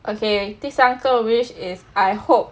okay 第三个 wish is I hope